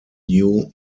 new